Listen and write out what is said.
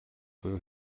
буюу